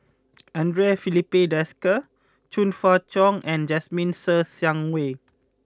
Andre Filipe Desker Chong Fah Cheong and Jasmine Ser Xiang Wei